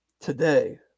today